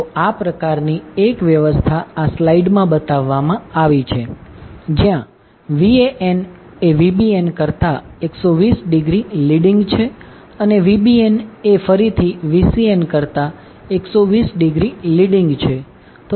તો આ પ્રકારની 1 વ્યવસ્થા આ સ્લાઇડમાં બતાવવામાં આવી છે જ્યાં Vanએ Vbn કરતાં 120 ડિગ્રી લિડિંગ છે અને Vbn એ ફરીથી Vcn કરતાં 120 ડિગ્રી લિડિંગ છે